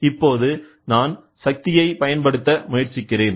இப்போது நான் சக்தியை பயன்படுத்த முயற்சிக்கிறேன்